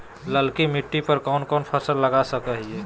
ललकी मिट्टी पर कोन कोन फसल लगा सकय हियय?